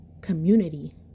community